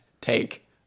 take